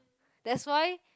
that's why